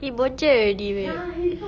he buncit already meh